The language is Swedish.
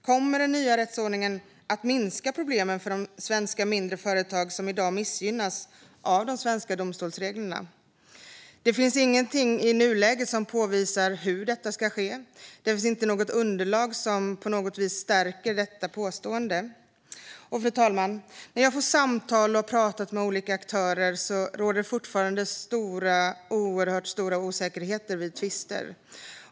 Kommer den nya rättsordningen att minska problemen för mindre svenska företag som i dag missgynnas av de svenska domstolsreglerna? Det finns inget i nuläget som påvisar hur detta ska ske, och det finns inte något underlag som på något vis stärker detta påstående. Fru talman! När jag har fått samtal och pratat med olika aktörer råder det fortfarande oerhört stora osäkerheter om tvister.